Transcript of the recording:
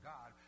God